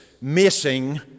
missing